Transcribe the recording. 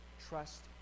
trust